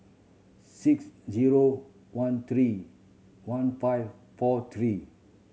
six zero one three one five four three